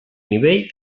nivell